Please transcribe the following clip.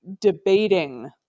debating